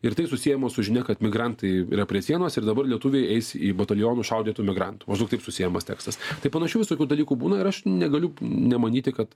ir tai susiejama su žinia kad migrantai yra prie sienos ir dabar lietuviai eis į batalionus šaudyt migrantų maždaug taip susiejamas tekstas tai panašių visokių dalykų būna ir aš negaliu nemanyti kad